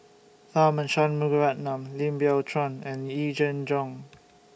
Tharman Shanmugaratnam Lim Biow Chuan and Yee Jenn Jong